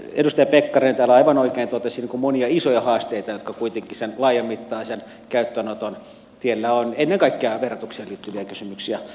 edustaja pekkarinen täällä aivan oikein totesi monia isoja haasteita jotka kuitenkin sen laajamittaisen käyttöönoton tiellä ovat ennen kaikkea verotukseen liittyviä kysymyksiä